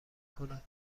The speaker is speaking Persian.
کند